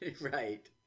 Right